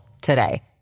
today